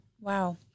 Wow